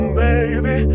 baby